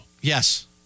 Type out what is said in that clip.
Yes